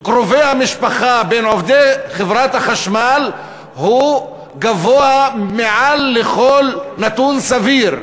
קרובי המשפחה בין עובדי חברת החשמל הוא גבוה מעל לכל נתון סביר.